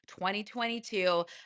2022